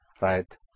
right